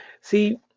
See